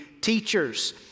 teachers